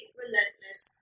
relentless